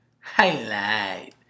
Highlight